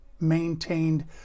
maintained